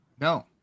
No